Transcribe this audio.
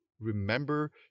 remember